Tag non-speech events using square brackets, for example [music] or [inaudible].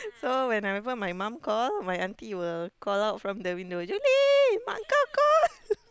so whenever my mum call my auntie will call out from the window Julie emak kau call [laughs]